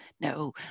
no